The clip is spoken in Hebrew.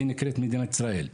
שנקראת מדינת ישראל.